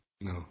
No